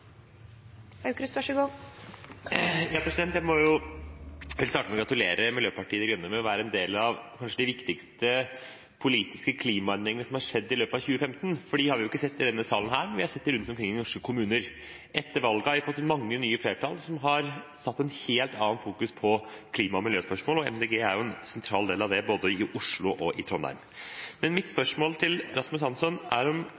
Jeg vil starte med å gratulere Miljøpartiet De Grønne med å være del i kanskje de viktigste politiske klimaendringene som har skjedd i løpet av 2015. Vi har ikke sett det i denne salen, men vi har sett det rundt omkring i norske kommuner. Etter valget har vi fått mange nye flertall som har satt et helt annet fokus på klima- og miljøspørsmål, og MDG er en sentral del av det både i Oslo og i Trondheim. Mitt spørsmål til Rasmus Hansson handler om